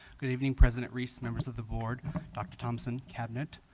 good evening president reese members of the board dr. thompson cabinet